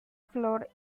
flor